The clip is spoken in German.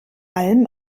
allem